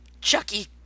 Chucky